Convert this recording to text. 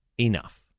Enough